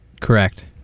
Correct